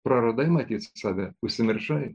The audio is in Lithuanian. praradai matyt save užsimiršai